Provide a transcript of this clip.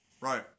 Right